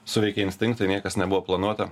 suveikė instinktai niekas nebuvo planuota